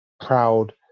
proud